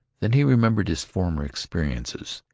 then he remembered his former experiences.